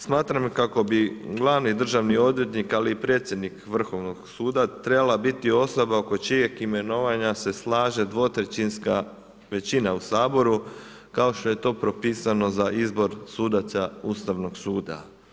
Smatram kako bi glavni državni odvjetnik ali i predsjednik Vrhovnog suda trebala biti … oko čijeg imenovanja se slaže dvotrećinska većina u Saboru kao šti je to propisano za izbor sudaca Ustavnog suda.